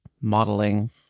modeling